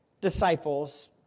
disciples